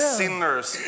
sinners